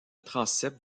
transept